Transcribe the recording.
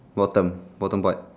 bottom bottom part